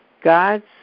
God's